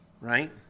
right